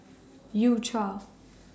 U Cha